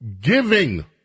giving